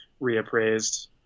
reappraised